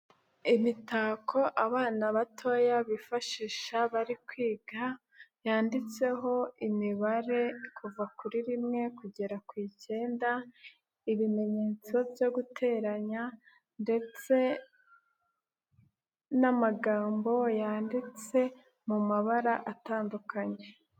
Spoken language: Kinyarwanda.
Imitako abana batoya bifashisha bari kwiga, yanditseho imibare kuva kuri rimwe, kugera ku icyenda, ibimenyetso byo guteranya ndetse n'amagambo yanditse mu mabara atandukanye.